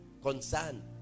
Concern